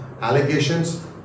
allegations